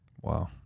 Wow